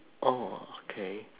oh okay